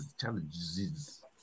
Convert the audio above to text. Challenges